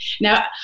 Now